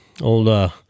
old